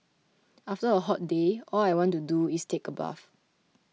after a hot day all I want to do is take a bath